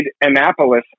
Annapolis